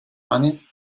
money